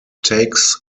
takes